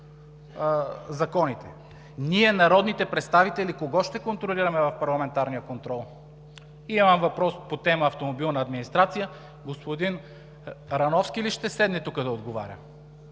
Ние, народните представители, кого ще контролираме в парламентарния контрол? Имам въпрос по тема „Автомобилна администрация“, господин Рановски ли ще отговаря?